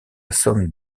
somme